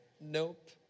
Nope